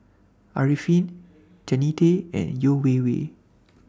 Arifin Jannie Tay and Yeo Wei Wei